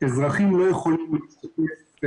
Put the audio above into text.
אזרחים לא יכולים להשתתף,